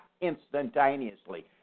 instantaneously